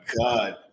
God